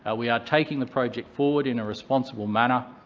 ah we are taking the project forward in a responsible manner.